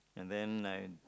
and then I